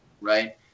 right